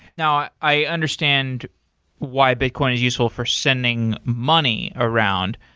now, i understand why bitcoin is useful for sending money around.